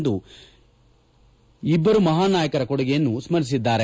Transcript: ಎಂದು ಇಂದು ಇಬ್ಬರು ಮಪಾನ್ ನಾಯಕರ ಕೊಡುಗೆಯನ್ನು ಸ್ಮರಿಸಿದ್ದಾರೆ